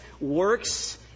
works